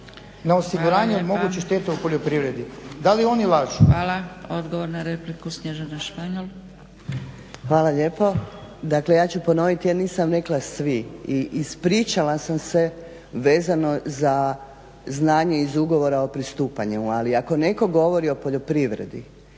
Na osiguranje mogućih šteta u poljoprivredi. Da li oni lažu? **Zgrebec, Dragica (SDP)** Hvala. Odgovor na repliku, Snježana Španjol. **Španjol, Snježana** Hvala lijepo. Dakle ja ću ponoviti, ja nisam rekla svi i ispričala sam se vezano za znanje iz ugovora o pristupanju, ali ako je netko govorio o poljoprivredi,